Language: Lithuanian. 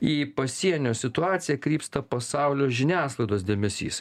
į pasienio situaciją krypsta pasaulio žiniasklaidos dėmesys